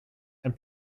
and